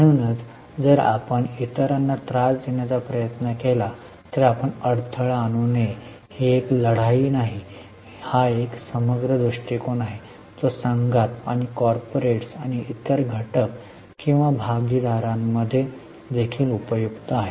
म्हणूनच जर आपण इतरांना त्रास देण्याचा प्रयत्न केला तर आपण अडथळा आणू नये ही एक लढाई नाही हा एक समग्र दृष्टीकोन आहे जो संघात आणि कॉर्पोरेट्स आणि इतर घटक किंवा भागीदारांमध्ये देखील उपयुक्त आहे